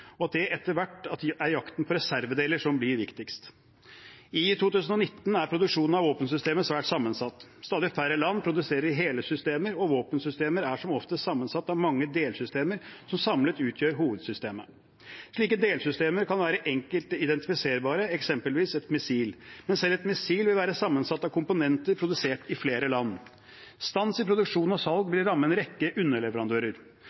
og at det etter hvert er jakten på reservedeler som blir viktigst. I 2019 er produksjon av våpensystemer svært sammensatt. Stadig færre land produserer hele systemer, og våpensystemer er som oftest sammensatt av mange delsystemer som samlet utgjør hovedsystemet. Slike delsystemer kan være enkelt identifiserbare, eksempelvis et missil, men selv et missil vil være sammensatt av komponenter produsert i flere land. Stans i produksjon og salg